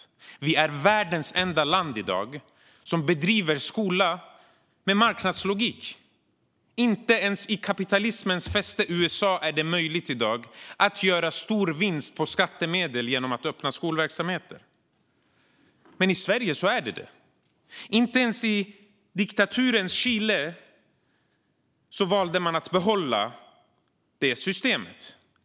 Sverige är i dag världens enda land som bedriver skola med marknadslogik. Inte ens i kapitalismens fäste USA är det i dag möjligt att göra stor vinst på skattemedel genom att öppna skolverksamhet. Men i Sverige är det möjligt. Inte ens i diktaturens Chile valde man att behålla detta system.